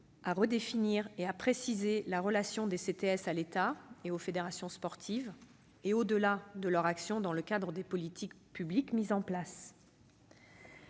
à redéfinir et à préciser la relation des CTS à l'État et aux fédérations sportives et, au-delà, leur action dans le cadre des politiques publiques mises en places.